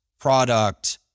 product